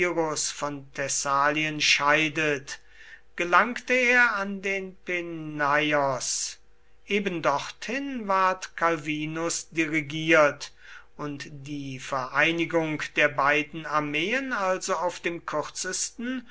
von thessalien scheidet gelangte er an den peneios ebendorthin ward calvinus dirigiert und die vereinigung der beiden armeen also auf dem kürzesten